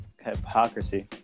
hypocrisy